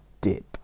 dip